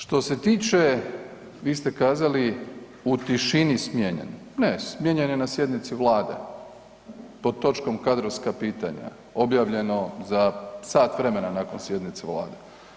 Što se tiče, vi ste kazali, u tišini smijenjen, ne smijenjen je na sjednici Vlade, pod točkom kadrovska pitanja, objavljeno za sat vremena nakon sjednice Vlade.